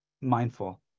mindful